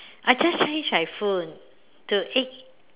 I just change my phone to eight